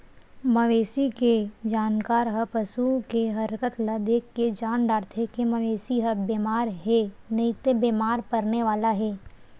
मवेशी के जानकार ह पसू के हरकत ल देखके जान डारथे के मवेशी ह बेमार हे नइते बेमार परने वाला हे